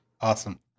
Awesome